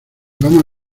vamos